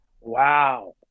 wow